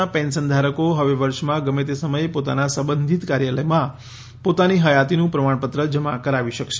ના પેન્શન ધારકો હવે વર્ષમાં ગમે તે સમયે પોતાના સંબંધિત કાર્યાલયમાં પોતાની હયાતીનું પ્રમાણપત્ર જમા કરાવી શકશે